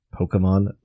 Pokemon